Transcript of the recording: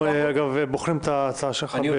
אגב, אנחנו בוחנים את ההצעה שלך בחיוב.